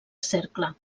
cercle